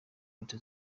leta